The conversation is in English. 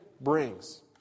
brings